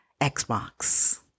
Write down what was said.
Xbox